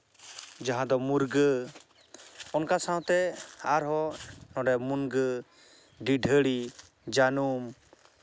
ᱡᱟᱦᱟᱸ ᱫᱚ ᱢᱩᱨᱜᱟᱹ ᱚᱱᱠᱟ ᱥᱟᱶᱛᱮ ᱟᱨᱦᱚᱸ ᱱᱚᱰᱮ ᱢᱩᱱᱜᱟᱹ ᱰᱤᱰᱷᱟᱹᱲᱤ ᱡᱟᱹᱱᱩᱢ